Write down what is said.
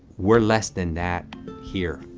we're less than that here.